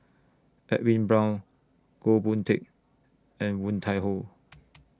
Edwin Brown Goh Boon Teck and Woon Tai Ho